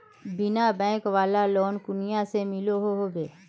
बिना बैंक वाला लोन कुनियाँ से मिलोहो होबे?